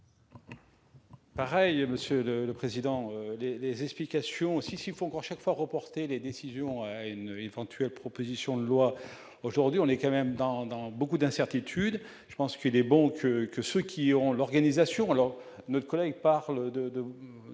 Pareil Monsieur le le président, les explications aussi chiffon chaque fois reportées les décisions une éventuelle proposition de loi aujourd'hui, on est quand même dans dans beaucoup d'incertitudes, je pense que les banques que ceux qui ont l'organisation alors notre collègue par de